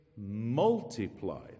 multiplied